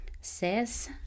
says